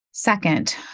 Second